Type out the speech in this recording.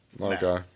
Okay